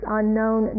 unknown